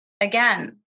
again